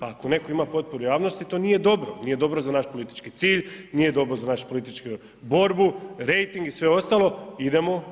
Pa ako netko ima potporu javnosti, to nije dobro, nije dobro za naš politički cilj, nije dobro za našu političku borbu, rejting i sve ostalo, idemo